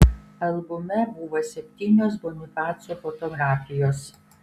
albume buvo septynios bonifaco fotografijos